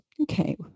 Okay